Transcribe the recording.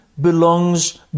belongs